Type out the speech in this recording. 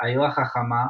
"העיר החכמה",